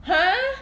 !huh!